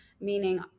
meaning